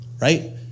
Right